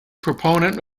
proponent